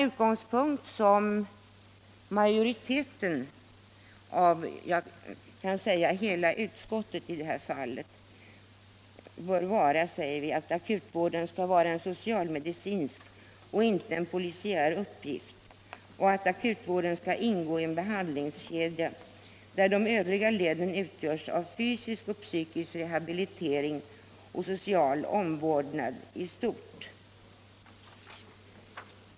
Utgångspunkten bör enligt utskottets mening vara alt akutvården skall vara en social-medicinsk och inte en polisiär uppgift och att akutvården skall ingå i en behandlingskedja, där de övriga leden utgörs av fysisk och psykisk rehabilitering och social omvårdnad i stort.